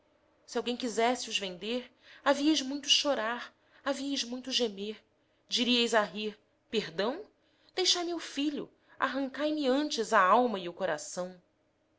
se alguém quisesse os vender havíeis muito chorar havíeis muito gemer diríeis a rir perdão deixai meu filho arrancai me antes a alma e o coração